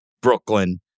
Brooklyn